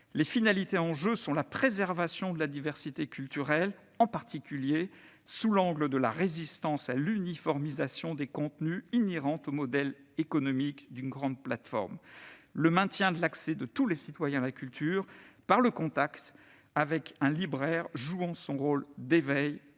Les finalités en jeu sont la préservation de la diversité culturelle- en particulier sous l'angle de la résistance à l'uniformisation des contenus inhérente au modèle économique d'une grande plateforme [...]-, le maintien de l'accès de tous les citoyens à la culture [...] par le contact avec un libraire jouant son rôle d'éveil, de